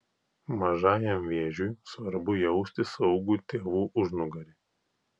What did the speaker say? mažajam vėžiui svarbu jausti saugų tėvų užnugarį